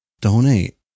donate